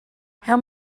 how